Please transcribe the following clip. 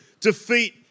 defeat